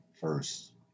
first